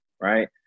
right